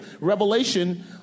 Revelation